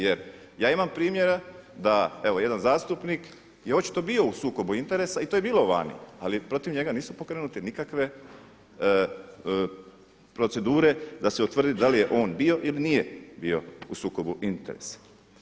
Jer ja imam primjera da evo jedan zastupnik je očito bio u sukobu interesa i to je bilo vani, ali protiv njega nisu pokrenute nikakve procedure da se utvrdi da li je on bio ili nije bio u sukobu interesa.